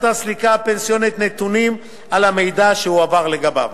הסליקה הפנסיונית נתונים על המידע שהועבר לגביו.